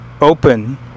open